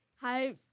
Hi